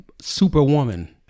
Superwoman